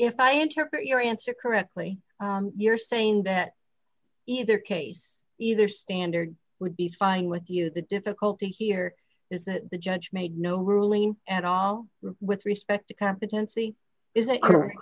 if i interpret your answer correctly you're saying that either case either standard would be fine with you the difficulty here is that the judge made no ruling at all with respect to competency is a correct